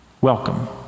welcome